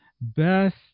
best